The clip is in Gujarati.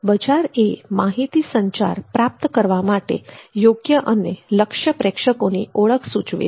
બજાર એ માહિતીસંચાર પ્રાપ્ત કરવા માટે યોગ્ય અને લક્ષ્ય પ્રેક્ષકોની ઓળખ સૂચવે છે